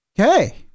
Okay